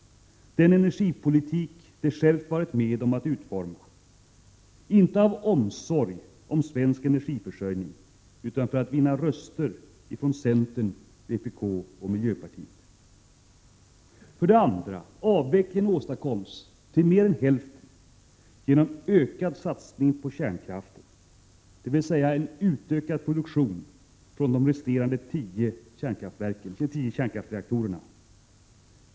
1987/88:135 tik det självt varit med om att utforma. Detta sker inte av omsorg om svensk — 7 juni 1988 energiförsörjning utan för att vinna röster från centern, vpk och miljöpartiet. För det andra: Avvecklingen åstadkoms till mer än hälften genom ökad satsning på kärnkraft, dvs. en ökad produktion från de resterande tio kärnkraftsreaktorerna.